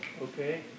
okay